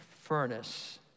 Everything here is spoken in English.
furnace